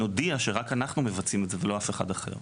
נודיע שרק אנחנו נבצע את זה ולא אף אחד אחר.